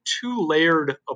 two-layered